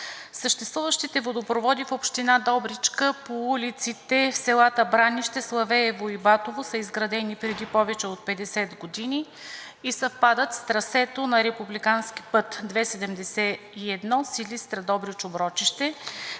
Съществуващите водопроводи в община Добричка по улиците в селата Бранище, Славеево и Батово са изградени преди повече от 50 години и съвпадат с трасето на републикански път II 71 – Силистра – Добрич – Оброчище.